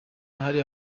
hari